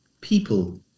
people